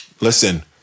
Listen